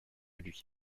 lui